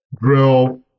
Drill